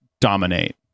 dominate